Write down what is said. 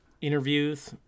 interviews